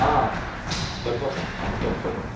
సరిపోద్దండి అంటే కొంచెం